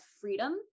freedom